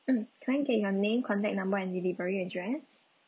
mm can I get your name contact number and delivery address